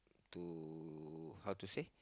to how to say